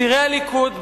צעירי הליכוד,